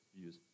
views